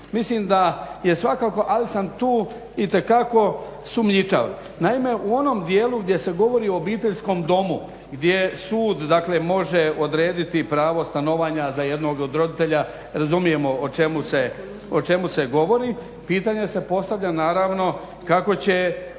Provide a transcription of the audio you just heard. Mislim da je svakako, ali sam tu itekako sumnjičav. Naime, u onom dijelu gdje se govori o obiteljskom domu, gdje sud dakle može odrediti pravo stanovanja za jednog od roditelja, razumijemo o čemu se govori, pitanje se postavlja naravno kako će